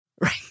right